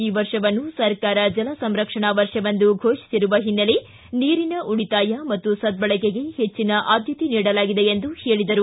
ಈ ವರ್ಷವನ್ನು ಸರ್ಕಾರ ಜಲಸಂರಕ್ಷಣಾ ವರ್ಷವೆಂದು ಘೋಷಿಸಿರುವ ಹಿನ್ನೆಲೆ ನೀರಿನ ಉಳಿತಾಯ ಮತ್ತು ಸಧ್ವಳಕೆಗೆ ಹೆಚ್ಚಿನ ಆದ್ಯತೆ ನೀಡಲಾಗಿದೆ ಎಂದು ಹೇಳಿದರು